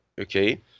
okay